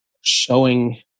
showing